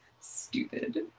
stupid